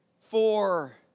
Four